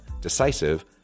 decisive